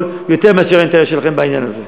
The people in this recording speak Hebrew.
יותר מאשר האינטרס שלכם בעניין הזה.